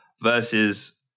versus